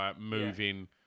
moving